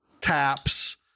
taps